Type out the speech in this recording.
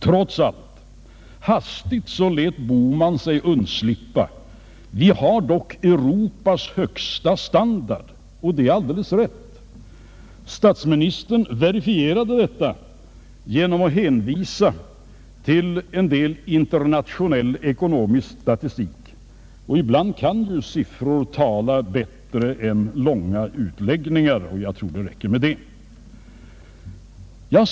Trots allt — herr Bohman lät undslippa sig att vi dock har Europas högsta standard. Det är alldeles rätt. Statsministern verifierade detta genom att hänvisa till en del internationell ekonomisk statistik, och ibland kan ju siffror tala bättre än långa utläggningar — jag tror det räcker med detta.